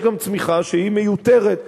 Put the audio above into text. יש גם צמיחה שהיא מיותרת,